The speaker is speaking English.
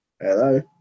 hello